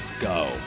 go